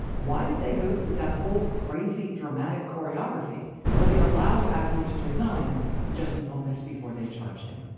why did they go through that whole crazy, dramatic choreography where they allowed agnew to resign just moments before they charged him?